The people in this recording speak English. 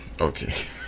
Okay